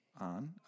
on